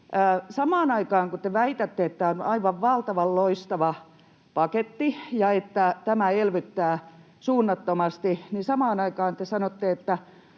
Samaan aikaan kun te väitätte, että tämä on aivan valtavan loistava paketti ja että tämä elvyttää suunnattomasti, niin te sanotte, että